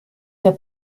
der